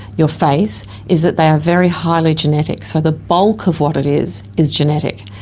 your face is that they are very highly genetic. so the bulk of what it is is genetic.